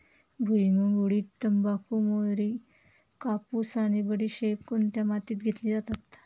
भुईमूग, उडीद, तंबाखू, मोहरी, कापूस आणि बडीशेप कोणत्या मातीत घेतली जाते?